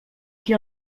qui